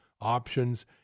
options